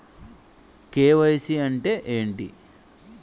KYC అంటే ఏంటి?